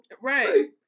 Right